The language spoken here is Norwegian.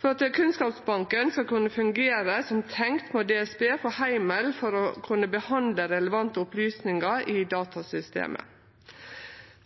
For at kunnskapsbanken skal kunne fungere som tenkt, må DSB få heimel til å kunne behandle relevante opplysningar i datasystemet.